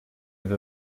have